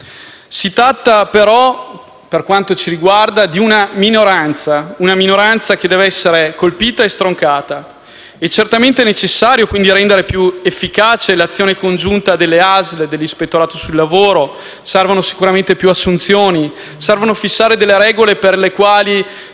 Si tratta però, per quanto riguarda noi, di una minoranza; una minoranza che deve essere colpita e stroncata. È certamente necessario, quindi, rendere più efficace l'azione congiunta delle ASL, dell'Ispettorato nazionale del lavoro; servono sicuramente più assunzioni, serve fissare delle regole per le quali